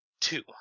Two